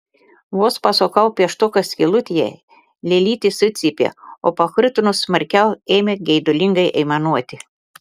vos pasukau pieštuką skylutėje lėlytė sucypė o pakrutinus smarkiau ėmė geidulingai aimanuoti